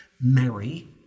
marry